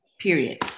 Period